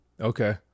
okay